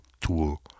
tool